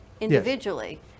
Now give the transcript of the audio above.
individually